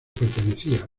pertenecía